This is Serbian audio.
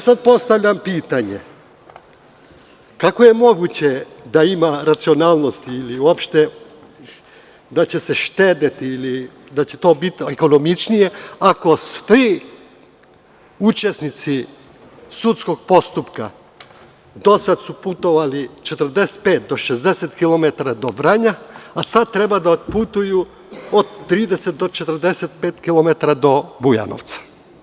Sada postavljam pitanje – kako je moguće da ima racionalnosti ili uopšte da će se štedeti ili da će to biti ekonomičnije, ako svi učesnici sudskog postupka, su dosad putovali 45 do 60 kilometara do Vranja, a sad treba da otputuju od 30 do 45 kilometara do Bujanovca?